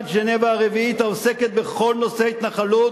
ז'נבה הרביעית העוסקת בכל נושא ההתנחלות,